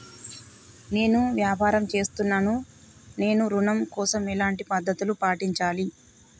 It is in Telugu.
నేను వ్యాపారం చేస్తున్నాను నేను ఋణం కోసం ఎలాంటి పద్దతులు పాటించాలి?